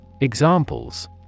Examples